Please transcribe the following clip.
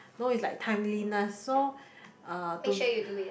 no it's like timeliness so uh to